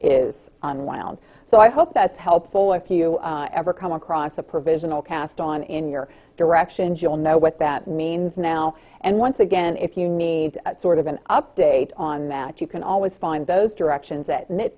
is on wound so i hope that's helpful if you ever come across a provisional cast on in your direction she will know what that means now and once again if you need sort of an update on that you can always find those directions